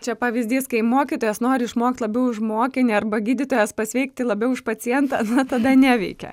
čia pavyzdys kai mokytojas nori išmokt labiau už mokinį arba gydytojas pasveikti labiau už pacientą na tada neveikia